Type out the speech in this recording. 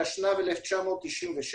התשנ"ו-1996,